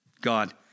God